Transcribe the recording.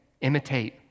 imitate